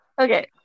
okay